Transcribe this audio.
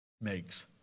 makes